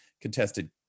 contested